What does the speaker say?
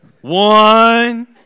One